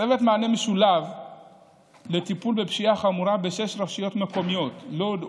צוות מענה משולב לטיפול בפשיעה חמורה בשש רשויות מקומיות: לוד,